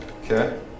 Okay